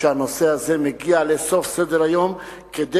שהנושא הזה מגיע לסוף סדר-היום כדי